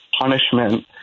punishment